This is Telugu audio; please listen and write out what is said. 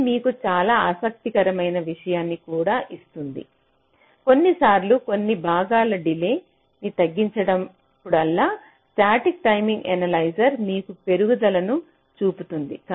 ఇది మీకు చాలా ఆసక్తికరమైన విషయాన్ని కూడా ఇస్తుంది కొన్నిసార్లు కొన్ని భాగాల డిలే ని తగ్గించినప్పుడల్లా స్టాటిక్ టైమింగ్ ఎనలైజర్ మీకు పెరుగుదలను చూపుతుంది